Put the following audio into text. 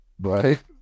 right